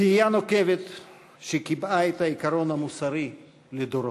תהייה נוקבת שקיבעה את העיקרון המוסרי לדורות.